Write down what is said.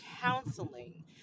counseling